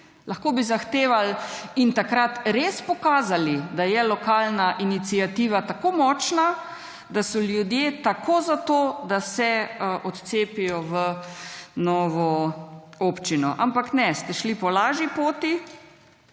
lahko bi zahtevali in takrat res pokazali, da je lokalna iniciativa tako močna, da so ljudje tako za to, da se odcepijo v novo občino. Ampak ne; ste šli po lažji poti,